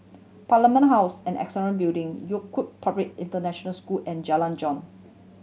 Parliament House and Annexe Building International School and Jalan Jong